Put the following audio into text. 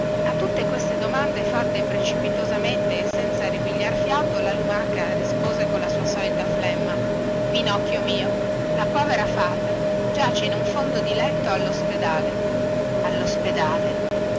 a tutte queste domande fatte precipitosamente e senza ripigliar fiato la lumaca rispose con la sua solita flemma pinocchio mio la povera fata giace in un fondo di letto allo spedale allo spedale